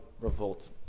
revolt